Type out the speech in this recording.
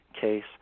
case